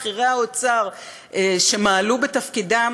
בכירי האוצר שמעלו בתפקידם,